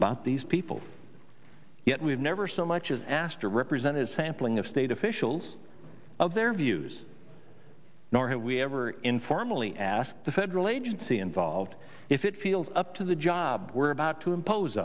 about these people yet we have never so much as asked or represented sampling of state officials of their views nor have we ever informally asked the federal agency involved if it feels up to the job we're about to impose